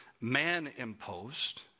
man-imposed